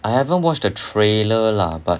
I haven't watched a trailer lah but